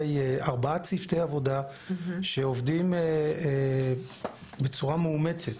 ארבעה צוותי עבודה שעובדים בצורה מאומצת,